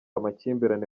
amakimbirane